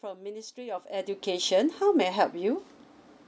from ministry of education how may I help you